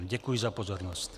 Děkuji za pozornost.